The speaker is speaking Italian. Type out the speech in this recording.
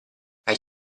hai